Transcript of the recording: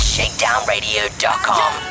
Shakedownradio.com